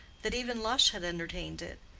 that even lush had entertained it,